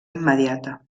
immediata